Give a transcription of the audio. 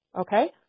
Okay